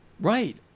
Right